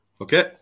Okay